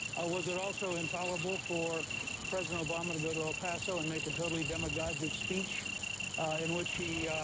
was it also intolerable for president obama to go to el paso and make a totally demagogic speech in which he